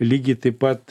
lygiai taip pat